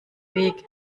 weg